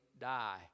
die